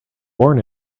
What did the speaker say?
born